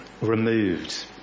removed